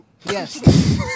Yes